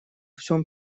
всем